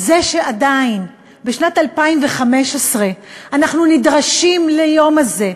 זה שעדיין בשנת 2015 אנחנו נדרשים ליום הזה,